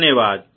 धन्यवाद